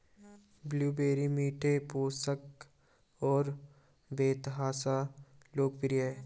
blueberry मीठे, पौष्टिक और बेतहाशा लोकप्रिय हैं